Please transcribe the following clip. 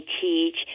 teach